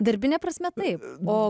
darbine prasme taip o